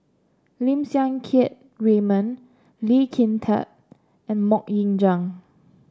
Lim Siang Keat Raymond Lee Kin Tat and MoK Ying Jang